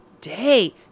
day